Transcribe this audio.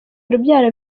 urubyaro